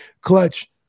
Clutch